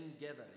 gathering